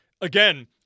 again